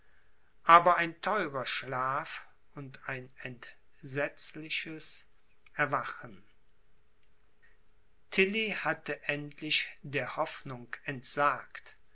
aber ein theurer schlaf und ein entsetzliches erwachen tilly hatte endlich der hoffnung entsagt